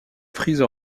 frise